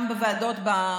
גם בוועדות.